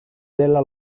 della